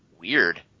Weird